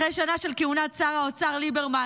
אחרי שנה של כהונת שר האוצר ליברמן,